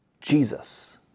Jesus